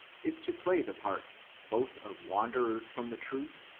is to play the part both of wan derers from the truth,